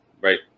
right